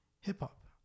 hip-hop